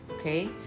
okay